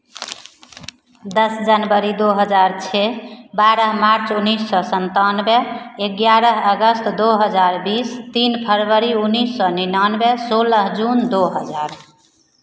दस जनवरी दो हज़ार छः बारह मार्च उन्नीस सौ संतानबे ग्यारह अगस्त दो हज़ार बीस तीन फरवरी उन्नीस सौ निन्यानबे सोलह जून दो हज़ार